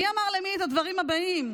מי אמר למי את הדברים הבאים?